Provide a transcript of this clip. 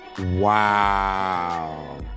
Wow